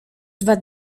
dwa